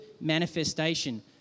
manifestation